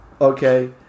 Okay